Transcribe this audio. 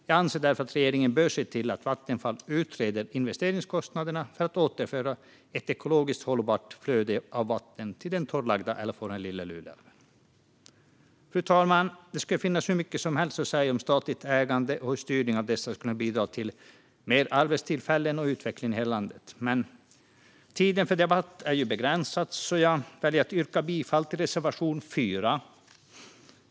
Jag anser därför att regeringen bör se till att Vattenfall utreder investeringskostnaderna för att återföra ett ekologiskt hållbart flöde av vatten till den torrlagda delen av Lilla Luleälven. Fru talman! Det finns hur mycket som helst att säga om statligt ägande och hur styrningen av dessa företag skulle kunna bidra till fler arbetstillfällen och till utveckling i hela landet, men tiden för debatt är begränsad. Jag väljer därför att yrka bifall till reservation 4.